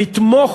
לתמוך,